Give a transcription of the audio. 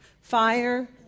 Fire